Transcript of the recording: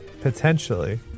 Potentially